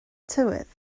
tywydd